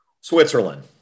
Switzerland